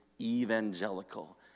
evangelical